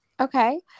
okay